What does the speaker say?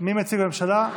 מי מציג מהממשלה?